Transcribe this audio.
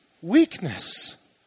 weakness